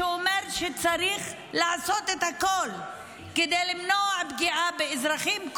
שאומר שצריך לעשות הכול כדי למנוע פגיעה באזרחים,